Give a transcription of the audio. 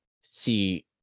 see